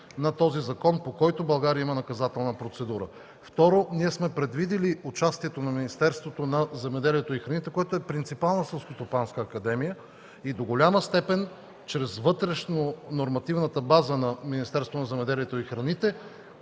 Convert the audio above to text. на този закон, по който България има наказателна процедура. Второ, ние сме предвидили участието на Министерството на земеделието и храните, което е принципал на Селскостопанската академия. До голяма степен чрез вътрешнонормативната база на Министерството на земеделието и храните